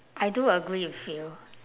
I do agree with you